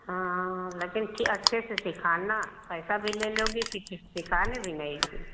हाँ लेकिन अच्छे से सिखाना पैसा भी ले लोगी सी सिखाने भी नहीं